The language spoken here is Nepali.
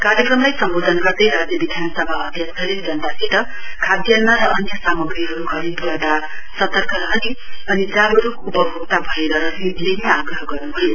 कार्यक्रमलाई सम्बोधन गर्दै राज्य विधानसभामा अध्यक्षले जनतासित खाद्यान्न र अन्य सामाग्रीहरू खरीद गर्दा सतर्क रहने अनि जागरूकता उपभोक्ता भएर रसिद लिने आग्रह गर्न्भयो